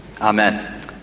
Amen